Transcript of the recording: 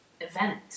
event